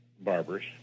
barbers